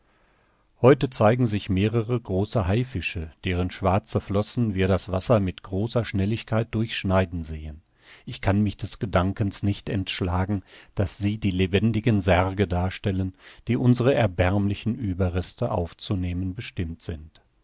heute zeigen sich mehrere große haifische deren schwarze flossen wir das wasser mit großer schnelligkeit durchschneiden sehen ich kann mich des gedankens nicht entschlagen daß sie die lebendigen särge darstellen die unsere erbärmlichen ueberreste aufzunehmen bestimmt sind